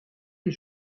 les